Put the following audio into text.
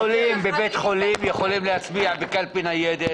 בבתי חולים יכולים להצביע בקלפי ניידת.